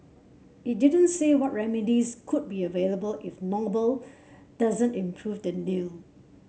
it didn't say what remedies could be available if Noble doesn't improve the deal